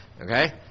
okay